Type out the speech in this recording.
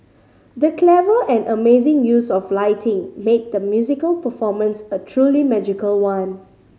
the clever and amazing use of lighting made the musical performance a truly magical one